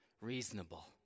reasonable